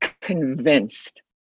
convinced